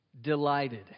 delighted